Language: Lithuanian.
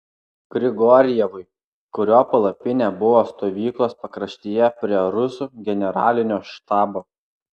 grigorjevui kurio palapinė buvo stovyklos pakraštyje prie rusų generalinio štabo